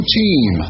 team